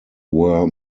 were